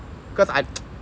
cause I